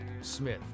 Smith